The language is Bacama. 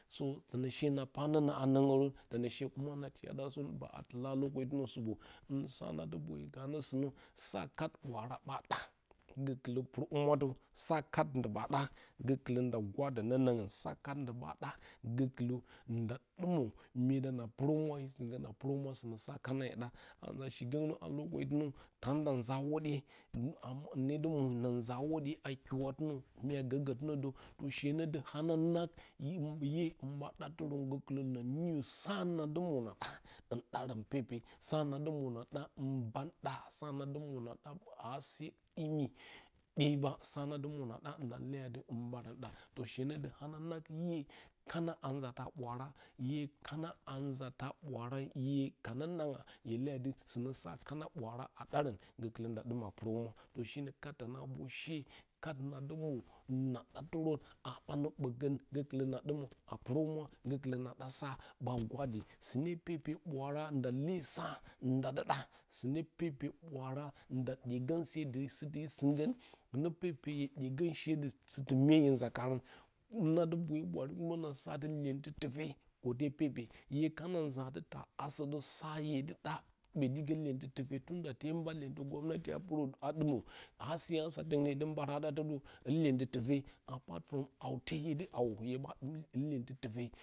So sunə she na pa nona a norou tonə she kuma na tiya ɗasorə ba tula a supo, so sa na du boyo ganə sunə so kat bwaara ɓa ɗa gokulə pu humwə sakat nduɓa ɗa go kulə nda gwadə nənongn sa kat nduma ɗa gokullə nda ɗumə myedan a purə humwa hye sivigə a purəhumura sunə sa kana hye ɗa a nza shi gani a no wedɨnə tanda nza hwanang hɨne dɨ mwa nna nza hwodiye a kɨwatun mya go gədunə də, she nə də hana naug iye hin ɓo ɗa durə gukulə na niyo su na dumwo na ɗa hin ɗarən pepe sa na dumuro na ɗ hi ban ɗa sa na dumuro na da de sa na dumuro na ɗa na leyadɨ hin boo ɗar she no do hanananans iye kana a nza ta bwaara iye kano a nzata bwaara hye kanonangya hye leyatɨ suna sa kana bwaara a ɗaron gokwə nda ɗuma puro humwa to shi nə kar tona vorshe kad nadɨ mwo na ɗa turə a ɓogan gokulə na ɗumə a purohumura, gokulə naɗa sa ɓa gwadi sɨne pepe bwaara nda ni sa ndadɨɗai sine pepe buraara nda dyegən se dɨ situ hye singə, sine pepe hye dyegə she dɨ situ mye hye nza karə nna du boyə bwaare, nadu sa adi iyeutɨ tufe ko de pepe, hye kana nza tɨ ta aso də sa hye dɨ ɗa bodigə kyeri tufe ko te mba iyenti de mba iyendi hye nda mbarə a du da də, ul iyenti tufe hawte hye du hawo hue ɓa dum ul iyenti tuse.